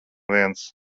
viens